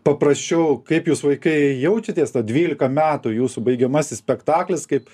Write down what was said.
paprasčiau kaip jūs vaikai jaučiatės tą dvylika metų jūsų baigiamasis spektaklis kaip